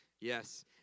Yes